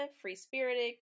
free-spirited